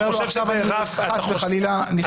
הוא אומר לו שחס וחלילה הוא נכנס עכשיו